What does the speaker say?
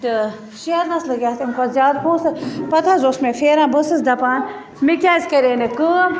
تہٕ شٮ۪رنس لٔگۍ اَتھ اَمہٕ کھۄتہٕ زیادٕ پونٛسہٕ پتہٕ حظ اوس مےٚ پھیران بہٕ ٲسٕس دَپان مےٚ کیٛاز کَراے نہٕ کٲم